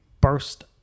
burst